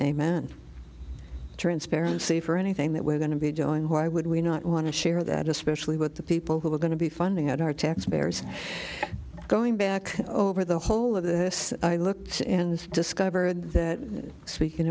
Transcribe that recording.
man transparency for anything that we're going to be doing why would we not want to share that especially with the people who are going to be funding at our taxpayers going back over the whole of this looks and discovered that speaking